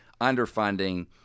underfunding